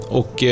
och